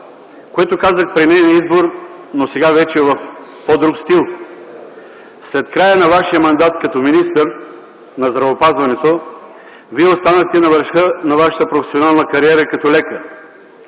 което казах при нейния избор, но сега вече в по-друг стил: „След края на Вашия мандат като министър на здравеопазването Вие останахте на върха на Вашата професионална кариера като лекар,